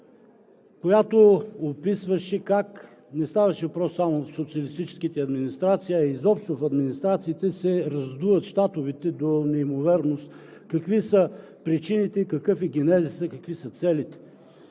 която описваше как – не ставаше въпрос само за социалистическите администрации, а изобщо за администрациите се раздуват щатовете до неимоверност. Какви са причините? Какъв е генезисът? Какви са целите?